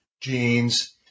genes